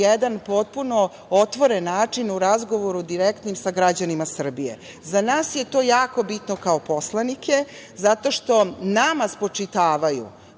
jedan potpuno otvoren način u direktnim razgovorima sa građanima Srbije. Za nas je to jako bitno, kao poslanike, zato što nama spočitavaju,